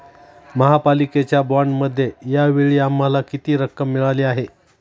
महापालिकेच्या बाँडमध्ये या वेळी आम्हाला किती रक्कम मिळाली आहे?